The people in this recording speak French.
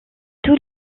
tous